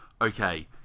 okay